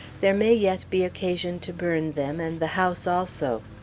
there may yet be occasion to burn them, and the house also.